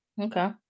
Okay